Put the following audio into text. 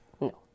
No